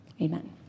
Amen